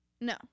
no